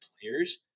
players